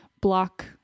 block